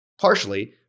partially